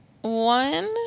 one